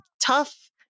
tough